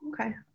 okay